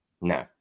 No